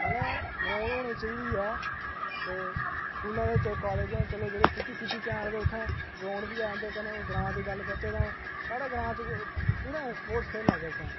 पैह्ले ग्राउंड होनी चाहिदी ऐ ते स्कूलै बिच्च कालेज बिच्च चलो जेह्ड़े सिटी सिटी च ऐन ते उत्थै ग्राउंड बी ऐ कन्नै गल्ल करचै तां साढ़े ग्रांऽ च कुत्थै स्पोर्टस खेलना जगते